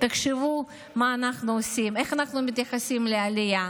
תחשבו מה אנחנו עושים, איך אנחנו מתייחסים לעלייה.